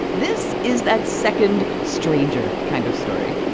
this is that second, stranger kind of story.